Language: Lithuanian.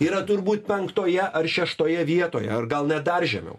yra turbūt penktoje ar šeštoje vietoje ar gal net dar žemiau